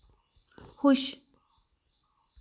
खुश